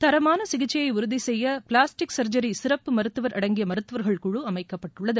தரமான சிகிச்சையை உறுதி செய்ய பிளாஸ்டிக் சர்ஜரி சிறப்பு மருத்துவர் அடங்கிய மருத்துவர்கள் குழு அமைக்கப்பட்டுள்ளது